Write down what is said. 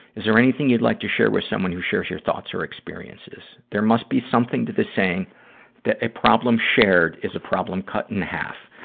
is there anything you'd like to share with someone who shares your thoughts or experiences? there must be something to the saying that a problem shared is a problem cut in half.